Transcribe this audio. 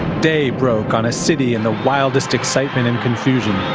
day broke on a city in the wildest excitement and confusion,